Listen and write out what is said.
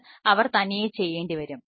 അത് അവർ തനിയെ ചെയ്യേണ്ടിവരും